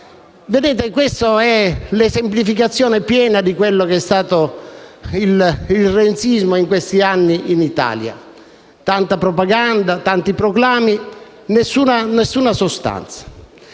Questa è l'esemplificazione piena di quello che è stato il renzismo in Italia in questi anni: tanta propaganda, tanti proclami, nessuna sostanza.